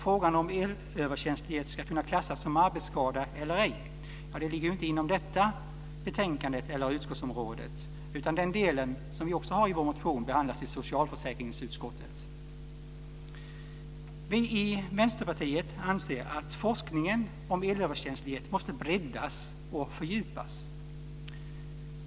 Frågan om elöverkänslighet ska kunna klassas som arbetsskada eller ej ligger inte inom området för detta betänkande och detta utskott, utan den delen - som vi också har med i vår motion - behandlas i socialförsäkringsutskottet. Vi i Vänsterpartiet anser att forskningen om elöverkänslighet måste breddas och fördjupas.